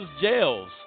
jails